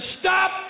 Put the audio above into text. stop